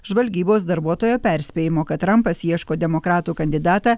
žvalgybos darbuotojo perspėjimo kad trampas ieško demokratų kandidatą